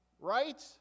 Right